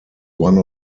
one